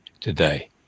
today